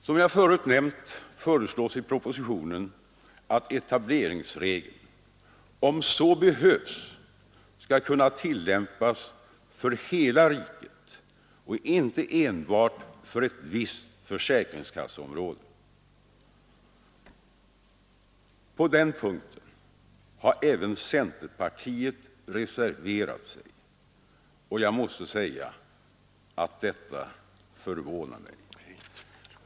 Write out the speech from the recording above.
Som jag förut nämnt föreslås i propositionen att etableringsregeln om så behövs skall kunna tillämpas för hela riket och inte enbart för ett visst försäkringskasseområde. På den punkten har även centerpartiet reserverat sig, och jag måste säga att detta förvånar mig.